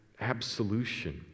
absolution